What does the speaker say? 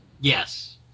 Yes